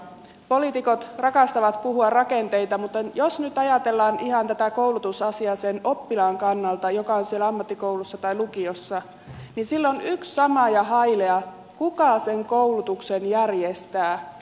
poliitikot rakastavat puhua rakenteista mutta jos nyt ajatellaan ihan tätä koulutusasiaa sen oppilaan kannalta joka on siellä ammattikoulussa tai lukiossa niin sille on yks sama ja hailea kuka sen koulutuksen järjestää